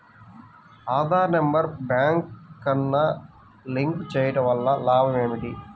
Aadhaar number బ్యాంక్నకు link చేయుటవల్ల లాభం ఏమిటి?